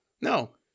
No